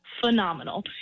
phenomenal